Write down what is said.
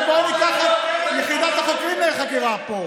ובואו ניקח את יחידת החוקרים לחקירה פה,